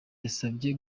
yasabye